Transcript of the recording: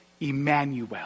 Emmanuel